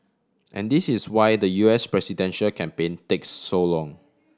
and this is why the U S presidential campaign takes so long